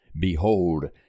Behold